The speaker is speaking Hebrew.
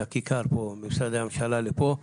ממשרדי הממשלה לפה.